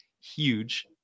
Huge